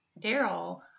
Daryl